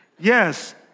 Yes